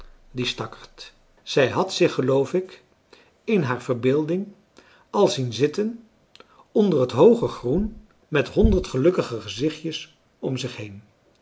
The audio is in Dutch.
die stakkerd zij had zich geloof ik in haar verbeelding al zien zitten onder het hooge groen met honderd gelukkige gezichtjes om zich heen